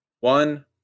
one